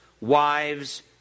wives